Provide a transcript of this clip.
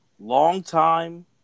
Long-time